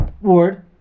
Ward